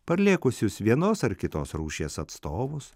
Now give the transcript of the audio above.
parlėkusius vienos ar kitos rūšies atstovus